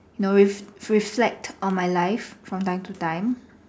now with reflect on my life from time to time